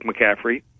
McCaffrey